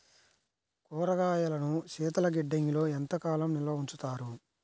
కూరగాయలను శీతలగిడ్డంగిలో ఎంత కాలం నిల్వ ఉంచుతారు?